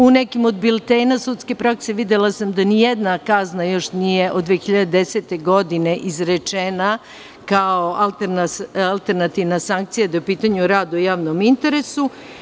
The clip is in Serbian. U nekim od biltena sudske prakse, videla sam da nijedna kazna nije još od 2010. godine izrečena, kao alternativna sankcija, da je u pitanju rad u javnom interesu.